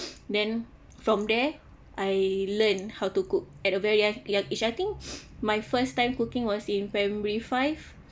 then from there I learnt how to cook at a very young young age I think my first time cooking was in primary five